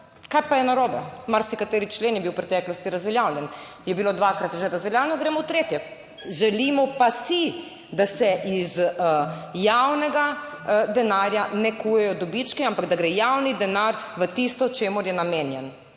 Kaj pa je narobe? Marsikateri člen je bil v preteklosti razveljavljen, je bilo dvakrat že razveljavljeno, gremo v tretje. Želimo pa si, da se iz javnega denarja ne kujejo dobički, ampak da gre javni denar v tisto, čemur je namenjen.